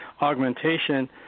augmentation